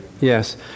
Yes